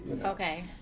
Okay